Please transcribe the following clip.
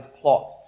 plot